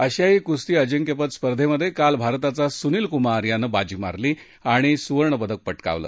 आशियाई कुस्ती अजिंक्यपद स्पर्धेत काल भारताचा सुनील कुमार यानं बाजी मारली आणि सुवर्णपदक पटकावलं